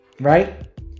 right